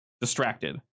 distracted